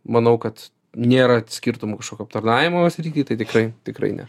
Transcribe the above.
manau kad nėra skirtumo kažkokio aptarnavimo srity tai tikrai tikrai ne